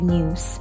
News